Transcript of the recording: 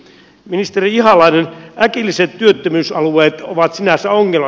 ministeri ihalainen äkilliset työttömyysalueet ovat sinänsä ongelma